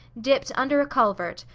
dipped under a culvert,